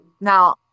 Now